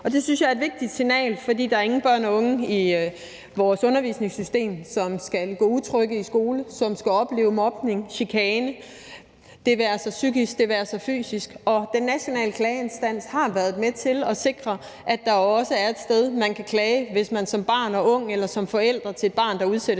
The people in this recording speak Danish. Det synes jeg er et vigtigt signal, for der er ingen børne og unge i vores undervisningssystem, som skal gå utrygge i skole; som skal opleve mobning, chikane – det være sig psykisk, det være sig fysisk. Og den nationale klageinstans har været med til at sikre, at der også er et sted, man kan klage til, hvis man som barn og ung eller som forældre til et barn, der udsættes